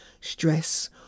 stress